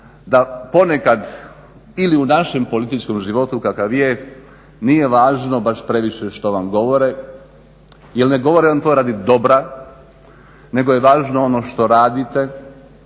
da ponekad ili u našem političkom životu kakav je, nije važno baš previše što vam govore, jel ne govore vam to radi dobra, nego je važno ono što radite,